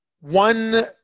One